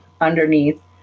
underneath